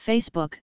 Facebook